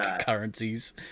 currencies